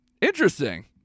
Interesting